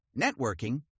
networking